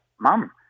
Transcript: mom